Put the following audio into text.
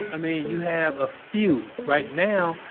i mean, you have a few. right now,